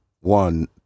one